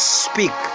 speak